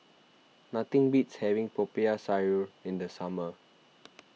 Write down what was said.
nothing beats having Popiah Sayur in the summer